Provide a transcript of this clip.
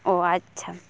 ᱚᱻ ᱟᱪᱪᱷᱟ